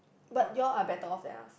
but you all are better off than us